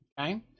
Okay